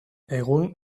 egun